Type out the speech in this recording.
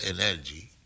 energy